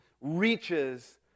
reaches